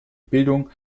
bildung